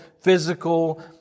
physical